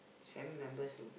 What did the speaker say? family members who